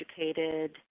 educated